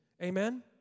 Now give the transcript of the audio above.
Amen